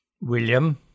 William